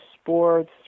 sports